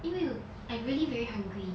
因为 I really very hungry